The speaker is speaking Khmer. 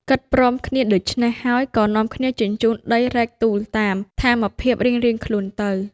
គិតព្រមគ្នាដូចេ្នះហើយ ក៏នាំគ្នាជញ្ជូនដីរែកទូលតាម ថាមភាពរៀងៗខ្លួនទៅ។